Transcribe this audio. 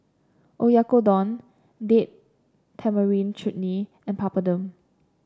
Oyakodon Date Tamarind Chutney and Papadum